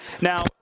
Now